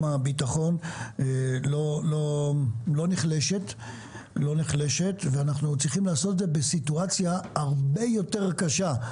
הביטחון לא נחלשת ואנחנו צריכים לעשות את זה בסיטואציה הרבה יותר קשה.